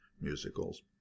musicals